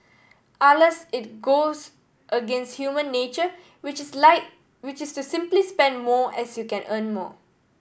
alas it goes against human nature which is which is to simply spend more as you earn more